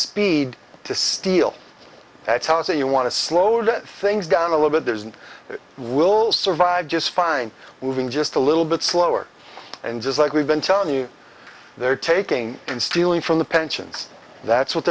speed to steal that's how so you want to slow things down a little bit there is and it will survive just fine with just a little bit slower and just like we've been telling you they're taking and stealing from the pensions that's what